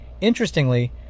Interestingly